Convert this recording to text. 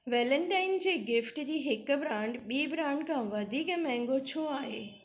Valentine जे gift जी हिक ब्रांड ॿी ब्रांड खां वधीक महांगो छो आहे